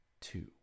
two